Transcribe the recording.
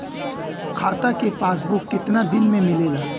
खाता के पासबुक कितना दिन में मिलेला?